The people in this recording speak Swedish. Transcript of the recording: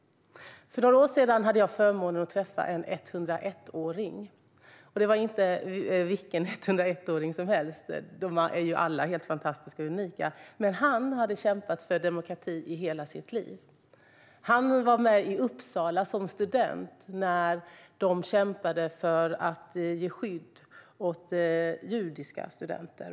För några år sedan hade jag förmånen att träffa en 101-åring. Det var inte vilken 101-åring som helst - de är ju alla helt fantastiska och unika, men han hade kämpat för demokrati i hela sitt liv. Han var med i Uppsala som student när de kämpade för att ge skydd åt judiska studenter.